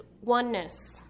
oneness